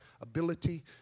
ability